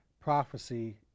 prophecy